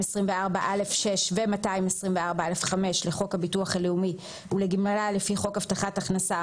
224(א)(6) ו-224(א)(5) לחוק הביטוח הלאומי ולגמלה לפי חוק הבטחת הכנסה,